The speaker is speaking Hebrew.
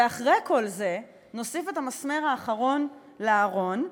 ואחרי כל זה, נוסיף את המסמר האחרון לארון,